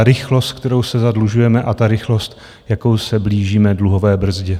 Ta rychlost, kterou se zadlužujeme, a ta rychlost, jakou se blížíme dluhové brzdě.